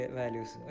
values